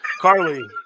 Carly